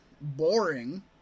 boring